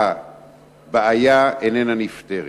והבעיה איננה נפתרת.